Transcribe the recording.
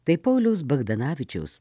tai pauliaus bagdanavičiaus